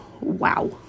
Wow